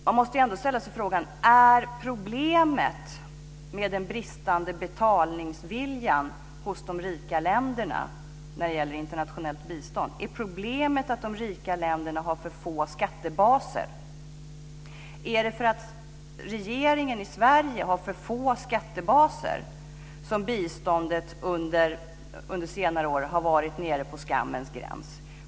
Man måste ändå fråga sig: Är problemet med den bristande betalningsviljan hos de rika länderna när det gäller internationellt bistånd att de rika länderna har för få skattebaser? Är det därför att regeringen i Sverige har för få skattebaser som biståndet under senare år varit nere vid skammens gräns?